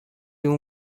اون